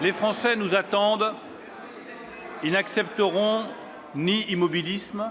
Les Français nous attendent : ils n'accepteront ni immobilisme,